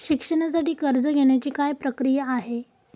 शिक्षणासाठी कर्ज घेण्याची काय प्रक्रिया आहे?